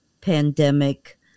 pandemic